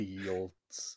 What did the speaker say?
Fields